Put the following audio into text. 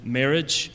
marriage